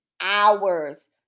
hours